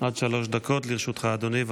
עד שלוש דקות לרשותך, אדוני.